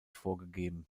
vorgegeben